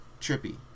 trippy